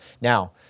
Now